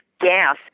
gas